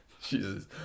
Jesus